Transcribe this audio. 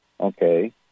okay